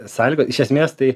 sąlyga iš esmės tai